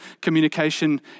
communication